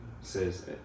says